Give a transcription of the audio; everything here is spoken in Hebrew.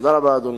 תודה רבה, אדוני.